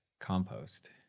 compost